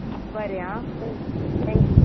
बरें आं thank you thank you